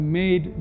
made